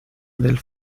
del